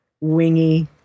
wingy